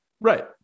right